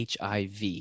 HIV